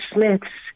Smiths